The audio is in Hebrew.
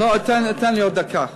לא, תן לי עוד דקה.